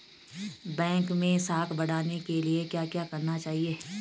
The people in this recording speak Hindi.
बैंक मैं साख बढ़ाने के लिए क्या क्या करना चाहिए?